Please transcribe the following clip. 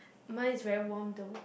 mine is very warm though